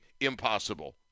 impossible